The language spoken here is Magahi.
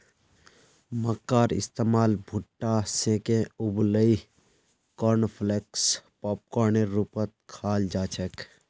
मक्कार इस्तमाल भुट्टा सेंके उबलई कॉर्नफलेक्स पॉपकार्नेर रूपत खाल जा छेक